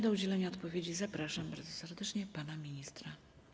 Do udzielenia odpowiedzi zapraszam bardzo serdecznie pana ministra.